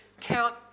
count